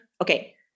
Okay